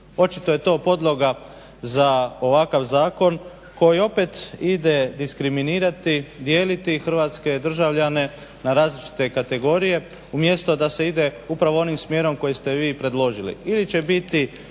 očito je to podloga za ovakav zakon koji opet ide diskriminirati i dijeliti hrvatske državljane na različite kategorije umjesto da se ide upravo onim smjerom koji ste vi predložili.